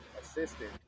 Assistant